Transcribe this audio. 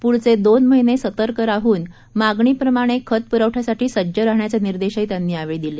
पुढचे दोन महिने सतर्क राहून मागणीप्रमाणे खत पुरवठ्यासाठी सज्ज राहण्याचे निर्देशही त्यांनी यावेळी दिले